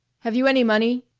have you any money?